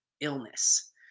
illness